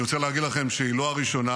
אני רוצה להגיד לכם שהיא לא הראשונה,